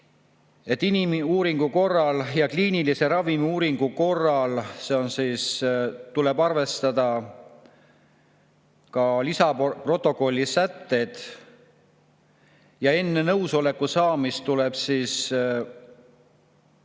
et inimuuringu korral ja kliinilise ravimiuuringu korral tuleb arvestada ka lisaprotokolli sätteid ja enne nõusoleku saamist tuleb teavitada